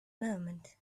moment